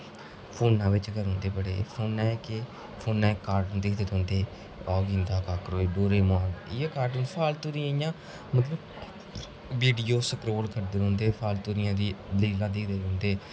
फोने च गै रौंहदे बडे़ दे के फोने च गै बडे़ रौंहदे दिखदे रौंहदे डोरी मान फालतू दी इ'यां मतलब विडियो सकरोल करदे रौंहदे फालतू दियां रीलां दिखदे रौंहदे